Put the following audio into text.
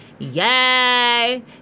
Yay